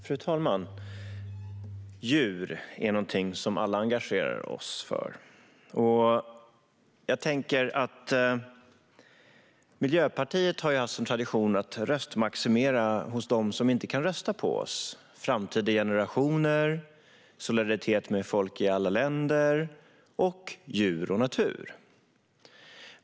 Fru talman! Djur är någonting vi alla engagerar oss för. Jag tänker att Miljöpartiet har haft som tradition att röstmaximera hos dem som inte kan rösta på oss - framtida generationer, solidaritet med folk i alla länder och djur och natur.